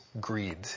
greed